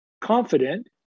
confident